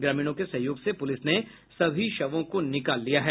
ग्रामीणों के सहयोग से प्रलिस ने सभी शवों को निकाल लिया है